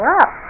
up